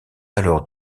alors